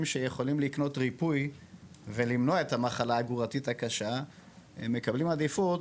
שיכולים לקנות ריפוי ולמנוע את המחלה הגרורתית הקשה הם מקבלים עדיפות